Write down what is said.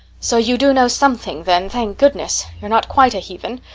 so you do know something then, thank goodness! you're not quite a heathen.